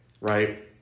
right